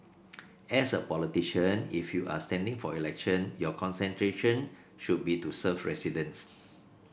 as a politician if you are standing for election your concentration should be to serve residents